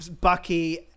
Bucky